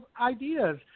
ideas